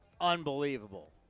unbelievable